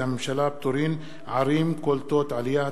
הממשלה (פטורין) (ערים קולטות עלייה),